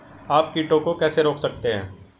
आप कीटों को कैसे रोक सकते हैं?